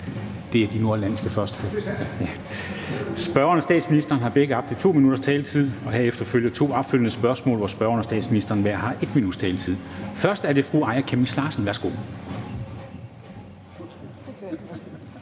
fra partilederne. Spørgeren og statsministeren har begge op til 2 minutters taletid, og herefter følger to opfølgende spørgsmål, hvor spørgeren og statsministeren hver har 1 minuts taletid. Først er det fru Aaja Chemnitz Larsen. Værsgo.